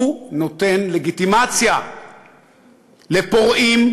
הוא נותן לגיטימציה לפורעים,